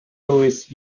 louis